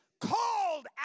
called